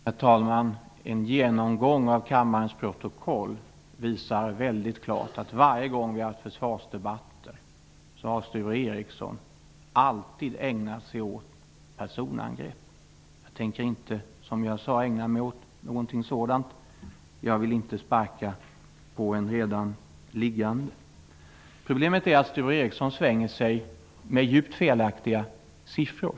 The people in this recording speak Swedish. Herr talman! En genomgång av kammarens protokoll skulle klart visa att Sture Ericson har ägnat sig åt personangrepp varje gång vi har haft försvarsdebatt. Som jag sade tänker inte jag ägna mig åt något sådant; jag vill inte sparka på en redan liggande. Problemet är att Sture Ericson svänger sig med djupt felaktiga siffror.